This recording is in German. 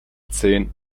zehn